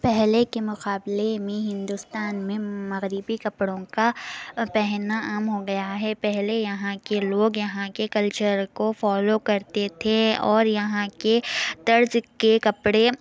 پہلے کے مقابلے میں ہندوستان میں مغربی کپڑوں کا پہننا عام ہو گیا ہے پہلے یہاں کے لوگ یہاں کے کلچر کو فالو کرتے تھے اور یہاں کے طرز کے کپڑے